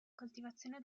coltivazione